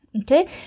Okay